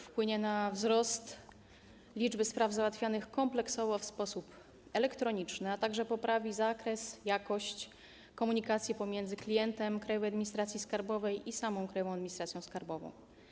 Wpłynie na wzrost liczby spraw załatwianych kompleksowo w sposób elektroniczny, a także poprawi zakres, jakość komunikacji pomiędzy klientem Krajowej Administracji Skarbowej i samą Krajową Administracją Skarbową.